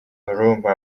грубо